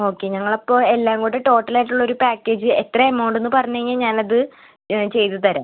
okay ഞങ്ങൾ അപ്പോൾ എല്ലാം കൂടെ ടോട്ടൽ ആയിട്ടുള്ള പാക്കേജ് എത്ര എമൗണ്ടെന്ന് പറഞ്ഞ് കഴിഞ്ഞാൽ ഞാനത് ചെയ്ത് തരാം